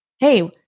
Hey